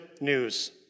news